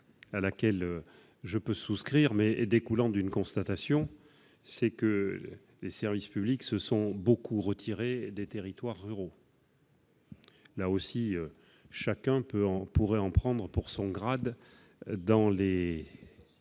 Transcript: à laquelle je peux souscrire, mais qui découle d'une constatation : les services publics se sont beaucoup retirés des territoires ruraux. Là aussi, chacun pourrait en prendre pour son grade si l'on